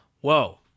Whoa